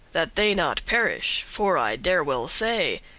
that they not perish for i dare well say,